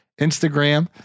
Instagram